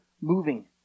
moving